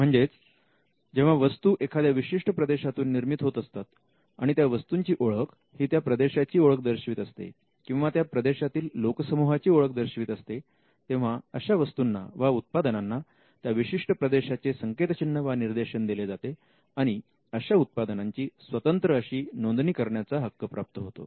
म्हणजेच जेव्हा वस्तू एखाद्या विशिष्ट प्रदेशातून निर्मित होत असतात आणि त्या वस्तूंची ओळख ही त्या प्रदेशाची ओळख दर्शवित असते किंवा त्या प्रदेशातील लोक समूहाची ओळख दर्शवित असते तेव्हा अशा वस्तूंना वा उत्पादनांना त्या विशिष्ट प्रदेशाचे संकेत चिन्ह वा निर्देशन दिले जाते आणि अशा उत्पादनांची स्वतंत्र अशी नोंदणी करण्याचा हक्क प्राप्त होतो